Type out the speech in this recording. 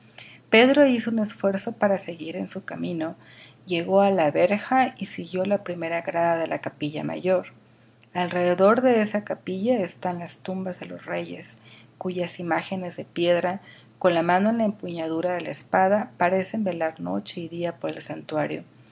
pedro hizo un esfuerzo para seguir en su camino llegó á la verja y subió la primera grada de la capilla mayor alrededor de esta capilla están las tumbas de los reyes cuyas imágenes de piedra con la mano en la empuñadura de la espada parecen velar noche y día por el santuario